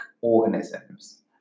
organisms